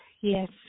yes